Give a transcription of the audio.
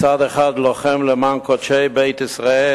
בצד אחד לוחם למען קודשי בית ישראל.